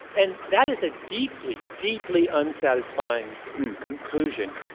and that is a deeply, deeply unsatisfying conclusion.